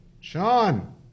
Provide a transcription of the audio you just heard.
Sean